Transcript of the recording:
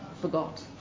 forgot